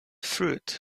fruit